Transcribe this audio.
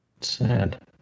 sad